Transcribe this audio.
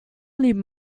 leave